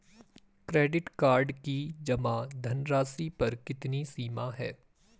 Credit card की जमा धनराशि पर कितनी सीमा है?